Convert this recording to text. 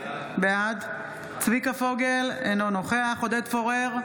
בעד צביקה פוגל, אינו נוכח עודד פורר,